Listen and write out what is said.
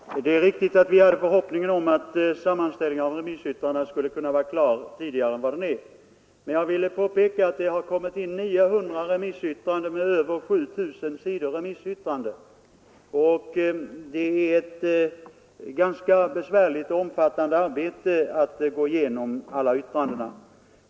Herr talman! Det är riktigt att vi hade förhoppningen om att en sammanställning av remissyttrandena skulle kunna vara klar tidigare än vad den är. Men jag vill påpeka att det har kommit in 900 remissyttran den på sammanlagt över 7 000 sidor, och det är ett ganska besvärligt och omfattande arbete att gå igenom alla dessa yttranden.